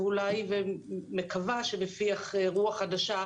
ואני מקווה שיפיח רוח חדשה,